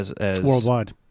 Worldwide